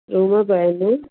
room बि आहिनि